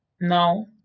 now